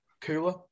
cooler